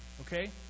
okay